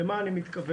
למה אני מתכוון?